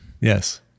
Yes